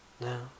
No